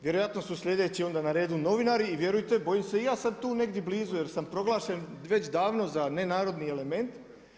Vjerojatno su sljedeći na redu onda novinari i vjerujte, bojim se i ja sad tu negdje blizu, jer sam proglašen, već davno za nenarodni element.